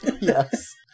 Yes